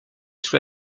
sous